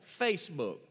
Facebook